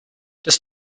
this